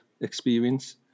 experience